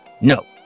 No